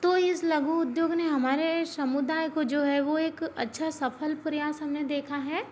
तो इस लघु उद्योग ने हमारे समुदाय को जो है वो एक अच्छा सफल प्रयास हमने देखा है